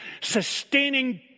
sustaining